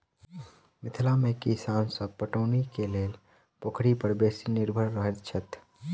मिथिला मे किसान सभ पटौनीक लेल पोखरि पर बेसी निर्भर रहैत छथि